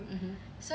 mmhmm